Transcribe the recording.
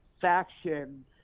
faction